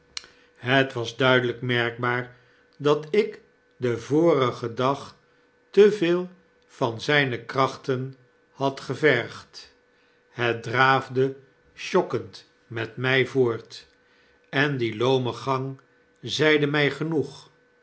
het was duidelyk merkbaar dat ik den vorigen dag te veel van zpe krachten had gevergd het draafde sjokkend met my voort en die loome gang zeide mij genoeg